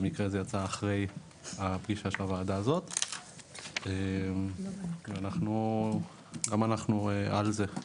במקרה זה יצא אחרי הפגישה של הוועדה הזאת וגם אנחנו על זה.